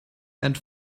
and